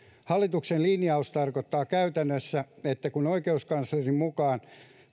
hallituksen linjaus tarkoittaa käytännössä että kun oikeuskanslerin mukaan